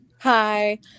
Hi